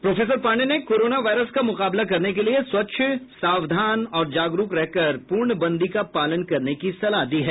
professor Pandey ने corona virus का मुकाबला करने के लिए स्वच्छ सावधान और जागरूक रहकर पूर्ण बंदी का पालन करने की सलाह दी है